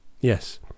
Yes